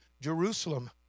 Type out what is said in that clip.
Jerusalem